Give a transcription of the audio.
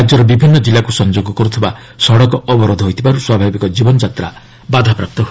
ରାଜ୍ୟର ବିଭିନ୍ନ ଜିଲ୍ଲାକୁ ସଂଯୋଗ କରୁଥିବା ସଡ଼କ ଅବରୋଧ ହୋଇଥିବାରୁ ସ୍ୱାଭାବିକ ଜୀବନଯାତ୍ରା ବାଧାପ୍ରାପ୍ତ ହୋଇଛି